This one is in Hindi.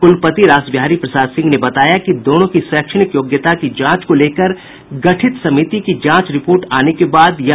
कुलपति प्रो रासबिहारी प्रसाद सिंह ने बताया कि दानों की शैक्षणिक योग्यता की जांच को लेकर गठित समिति की जांच रिपोर्ट आने के बाद यह फैसला किया गया